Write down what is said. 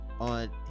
on